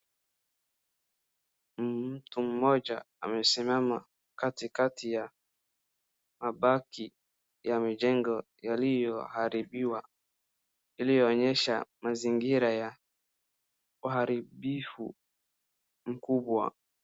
Mtu mmoja amesimama katikati ya mabaki ya majengo yaliyo haribiwa , iliyoonyesha mazingira ya uharibifu mkubwa.